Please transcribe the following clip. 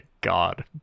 God